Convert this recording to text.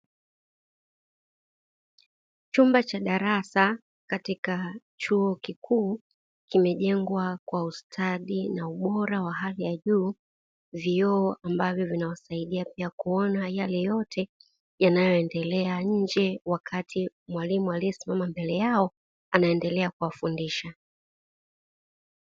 Chumba cha darasa katika chuo kikuu kimejengwa kwa ustadi na ubora wa hali ya juu, vioo ambavyo pia vinawasaidia kuona yale yote nje wakati mwalimu aliyesimama mbele yao anaendelea kuwafundisha.